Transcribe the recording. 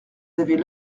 avaient